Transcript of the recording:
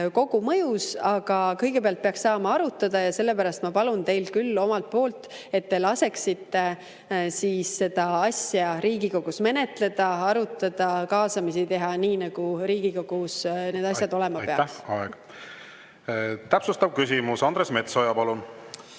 kogumõjus, aga kõigepealt peaks saama arutada. Sellepärast ma palun teid omalt poolt, et te laseksite seda asja Riigikogus menetleda, arutada, kaasamisi teha, nii nagu Riigikogus need asjad olema peaks. Aitäh! Aeg! Täpsustav küsimus, Andres Metsoja, palun!